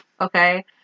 okay